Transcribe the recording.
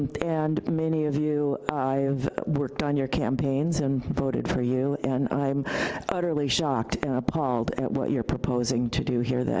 and many of you, i've worked on your campaigns and voted for you, and i'm utterly shocked and appalled at what you're proposing to do here.